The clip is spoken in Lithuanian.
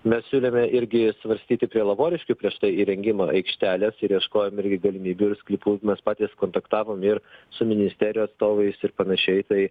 mes siūlėme irgi svarstyti prie lavoriškių prieš tai įrengimo aikštelės ir ieškojom irgi galimybių ir sklypų mes patys kontaktavom ir su ministerijų atstovais ir panašiai tai